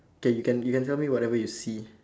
K you can you can tell me whatever you see